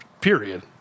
period